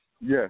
yes